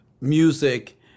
music